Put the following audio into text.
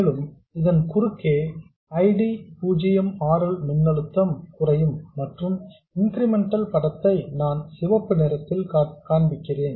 மேலும் இதன் குறுக்கே I D 0 R L மின்னழுத்தம் குறையும் மற்றும் இன்கிரிமெண்டல் படத்தை நான் சிவப்பு நிறத்தில் காண்பிக்கிறேன்